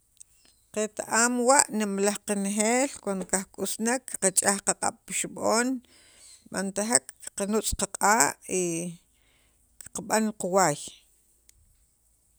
qet- am wa nemalaj qanejeel cuando kajk'usunek qach'aj qaq'ab' pi xib'on b'antajek qaqanutz' qaq'a' kab'an qawaay.